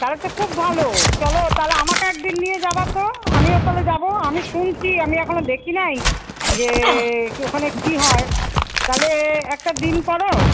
তাহলে তো খুব ভালো চলো তালে আমাকে এক দিন নিয়ে যাবা তো আমিও তাহলে যাবো আমি শুনছি আমি দেখি নাই যে ওখানে কী হয় তাহলে একটা দিন করো